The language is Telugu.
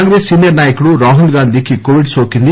కాంగ్రెస్ సీనియర్ నాయకుడు రాహుల్ గాంధీకి కోవిడ్ నోకింది